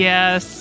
Yes